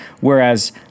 whereas